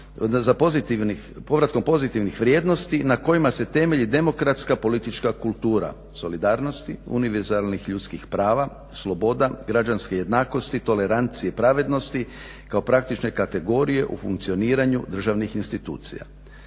za povratkom pozitivnih vrijednosti na kojima se temelji demokratska politička kultura solidarnosti, univerzalnih ljudskih prava, sloboda, građanske jednakosti, tolerancije i pravednosti kao praktičke kategorije u funkcioniranju državnih institucija